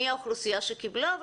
מי האוכלוסייה שקיבלה,